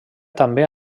també